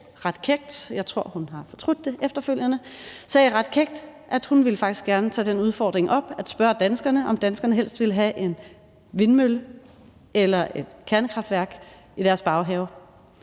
ret kækt, og jeg tror, hun efterfølgende har fortrudt det, at hun faktisk gerne ville tage den udfordring op at spørge danskerne, om danskerne helst ville have en vindmølle eller et kernekraftværk i deres baghave.